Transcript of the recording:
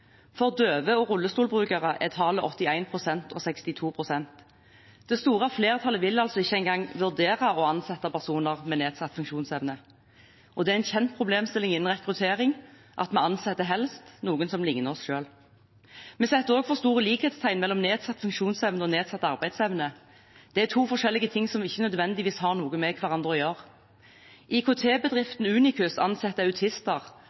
For døve og rullestolbrukere er tallet 81 pst. og 62 pst. Det store flertallet vil altså ikke engang vurdere å ansette personer med nedsatt funksjonsevne. Det er en kjent problemstilling innen rekruttering at vi ansetter helst noen som ligner oss selv. Vi setter også for store likhetstegn mellom nedsatt funksjonsevne og nedsatt arbeidsevne. Det er to forskjellige ting som ikke nødvendigvis har noe med hverandre å gjøre. IKT-bedriften Unicus ansetter autister